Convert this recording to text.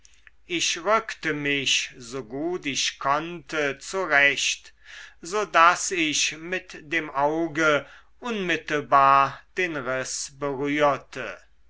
ich rückte mich so gut ich konnte zurecht so daß ich mit dem auge unmittelbar den riß berührte